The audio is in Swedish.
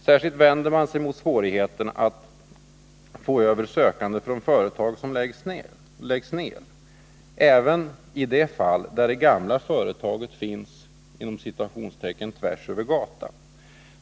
Särskilt vänder man sig mot svårigheterna att få över sökande från företag som läggs ned, även i det fall det gamla företaget finns ”tvärs över gatan”.